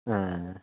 अँ